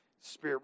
spirit